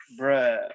Bruh